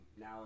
now